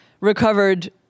recovered